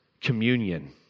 communion